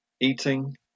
eating